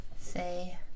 Say